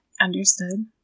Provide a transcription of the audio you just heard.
Understood